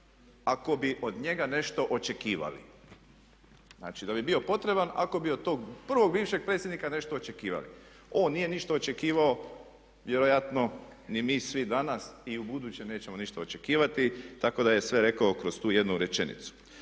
ako bi od njega nešto očekivali. Znači, da bi bo potreban ako bi od tog prvog bivšeg predsjednika nešto očekivali. On nije ništa očekivao, vjerojatno ni mi svi danas i u buduće nećemo ništa očekivati tako da je sve rekao kroz tu jednu rečenicu.